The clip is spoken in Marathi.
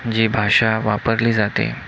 जी भाषा वापरली जाते